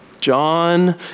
John